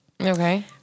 Okay